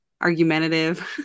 argumentative